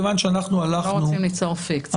אנחנו לא רוצים ליצור פיקציה.